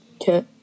Okay